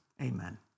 amen